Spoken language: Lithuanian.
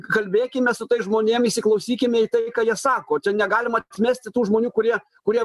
kalbėkime su tais žmonėm įsiklausykime į tai ką jie sako čia negalim atmesti tų žmonių kurie kurie